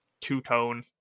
two-tone